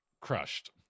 crushed